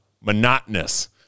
Monotonous